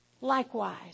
Likewise